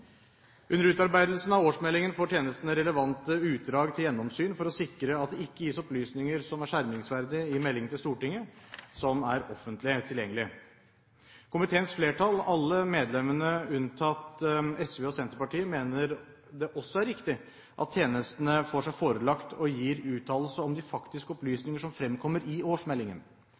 Under utarbeidelsen av årsmeldingen får tjenestene relevante utdrag til gjennomsyn for å sikre at det ikke gis opplysninger som er skjermingsverdige i meldingen til Stortinget, som er offentlig tilgjengelig. Komiteens flertall, alle unntatt medlemmene fra SV og Senterpartiet, mener det også er riktig at tjenestene får seg forelagt og gir uttalelse om de faktiske opplysninger som fremkommer i årsmeldingen.